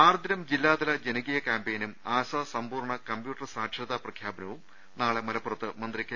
ആർദ്രം ജില്ലാതല ജനകീയ കൃാംപയിനും ആശാ സമ്പൂർണ്ണ കമ്പ്യൂട്ടർ സാക്ഷരതാ പ്രഖ്യാപനവും നാളെ മലപ്പുറത്ത് മന്ത്രി കെ